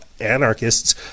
anarchists